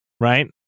right